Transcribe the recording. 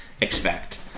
expect